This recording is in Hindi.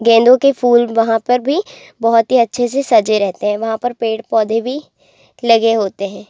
गेंदों के फूल वहाँ पर भी बहुत ही अच्छे से सजे रहते हैं वहाँ पर पेड़ पौधे भी लगे होते हैं